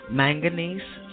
manganese